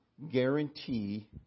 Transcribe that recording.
Guarantee